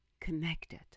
connected